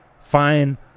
fine